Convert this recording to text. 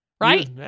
right